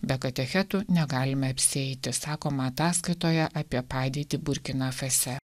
be katechetų negalime apsieiti sakoma ataskaitoje apie padėtį burkina fase